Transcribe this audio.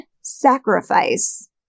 sacrifice